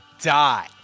die